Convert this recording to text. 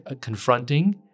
confronting